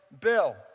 Bill